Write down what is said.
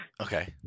Okay